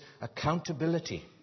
accountability